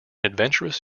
adventurous